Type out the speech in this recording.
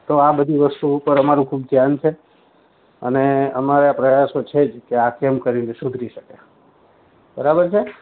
તો આ બધી વસ્તુ પર અમારું ખૂબ ધ્યાન છે અને અમારા પ્રયાસો છે જ કે આ કેમ કરીને સુધરી શકે બરાબર છે